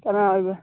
ꯀꯅꯥ ꯑꯣꯏꯕꯤꯔꯕ